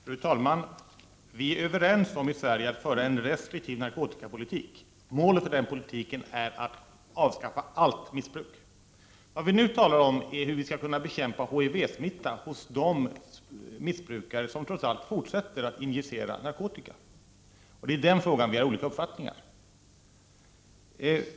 Fru talman! Vi är i Sverige överens om att föra en restriktiv narkotikapolitik. Målet för den politiken är att avskaffa allt missbruk. Vi talar nu om hur vi skall kunna bekämpa HIV-smittan bland de missbrukare som trots allt fortsätter att injicera narkotika. I den frågan har vi olika uppfattningar.